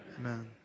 amen